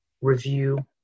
review